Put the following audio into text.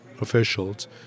officials